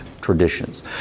traditions